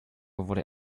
wurde